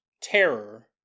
terror